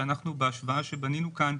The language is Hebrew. שבהשוואה שבנינו כאן,